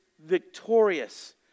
victorious